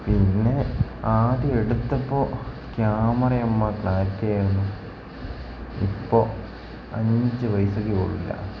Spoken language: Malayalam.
പിന്നെ ആദ്യം എടുത്തപ്പോൾ ക്യാമറ യെമ്മാ ക്ലാരിറ്റി ആയിരുന്നു ഇപ്പോൾ അഞ്ച് പൈസയ്ക്ക് കൊള്ളില്ല